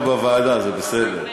זה נכון, כמו שעשית לנו בוועדה, זה בסדר.